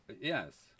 Yes